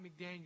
McDaniel